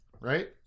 right